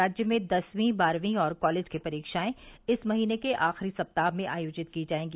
राज्य में दसवीं बारहवीं और कॉलेज की परीक्षाएं इस महीने के आखिरी सप्ताह में आयोजित की जायेंगी